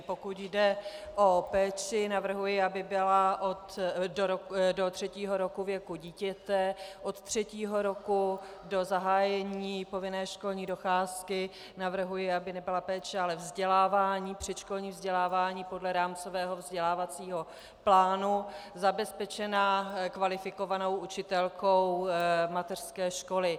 Pokud jde o péči, navrhuji, aby byla do třetího roku věku dítěte, od třetího roku do zahájení povinné školní docházky navrhuji, aby nebyla péče, ale vzdělávání, předškolní vzdělávání podle rámcového vzdělávacího plánu zabezpečeno kvalifikovanou učitelkou mateřské školy.